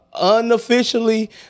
unofficially